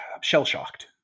shell-shocked